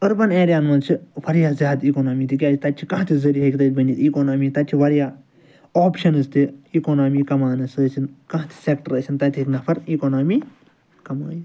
urban area ہَن منٛز چھِ واریاہ زیادٕ اِکونامی تِکیٛازِ تَتہِ چھِ کانٛہہ تہِ ذریعہ ہیٚکہِ تَتہِ بٔنِتھ اِکونامی تَتہِ چھِ واریاہ آپشَنٕز تہِ اِکونامی کماونَس سُہ ٲسِن کانٛہہ تہِ سیٚکٹَر ٲسِن تَتہِ ہیٚکہِ نفر اِکانامی کمٲیِتھ